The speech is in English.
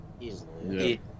Easily